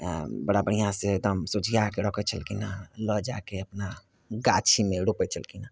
बड़ा बढ़िआँसँ एकदम सूझियाके रखे छलखिन हँ लऽ जाके अपना गाछीमे रोपै छलखिन हँ